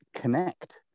connect